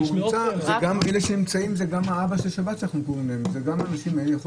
אלה שנמצאים זה אלה שאנחנו קוראים להם אבא של שבת.